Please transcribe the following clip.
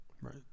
Right